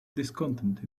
discontent